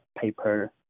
paper